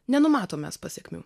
nenumatom mes pasekmių